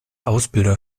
ausbilder